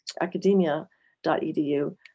academia.edu